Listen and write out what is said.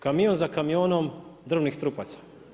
Kamion, za kamionom drvnih trupaca.